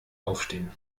aufstehen